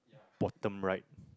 bottom right